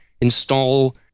install